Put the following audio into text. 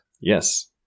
yes